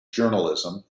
journalism